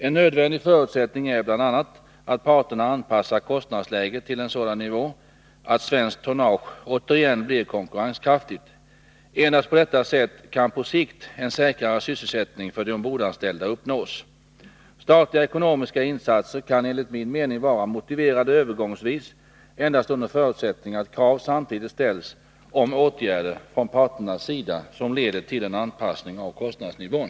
En nödvändig förutsättning är bl.a. att parterna anpassar kostnadsläget till en sådan nivå att svenskt tonnage återigen blir konkurrenskraftigt. Endast på detta sätt kan på sikt en säkrare sysselsättning för de ombordanställda uppnås. Statliga ekonomiska insatser kan enligt min mening vara motiverade övergångsvis endast under förutsättning att krav samtidigt ställs om åtgärder från parternas sida som leder till en anpassning av kostnadsnivån.